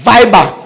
Viber